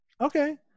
Okay